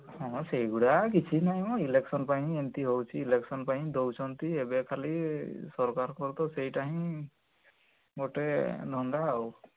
ହଁ ସେଇଗୁଡ଼ା କିଛି ନାହିଁ ମ ଇଲେକ୍ସନ୍ ପାଇଁ ହିଁ ଏମିତି ହେଉଛି ଇଲେକ୍ସନ୍ ପାଇଁ ଦେଉଛନ୍ତି ଏବେ ଖାଲି ସରକାରଙ୍କର ତ ସେଇଟା ହିଁ ଗୋଟିଏ ଧନ୍ଦା ଆଉ